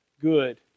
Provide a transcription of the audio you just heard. good